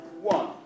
one